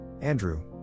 Andrew